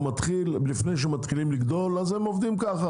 לפני שהם מתחילים לגדול, הם עובדים ככה.